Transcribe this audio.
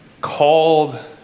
called